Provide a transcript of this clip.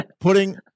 putting